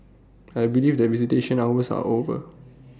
I believe that visitation hours are over